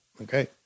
Okay